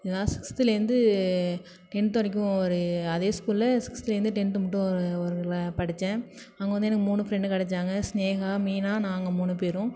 ஏன்னா சிக்ஸ்த்திலேந்து டென்த் வரைக்கும் ஒரு அதே ஸ்கூல்ல சிக்ஸ்த்துலேந்து டென்த் மட்டும் ஒரு ஒரு ஊரில் படித்தேன் அங்கே வந்து எனக்கு மூணு ஃப்ரெண்டு கிடைச்சாங்க ஸ்னேகா மீனா நாங்கள் மூணு பேரும்